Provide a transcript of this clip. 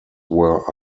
were